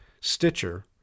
Stitcher